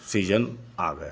season आ गया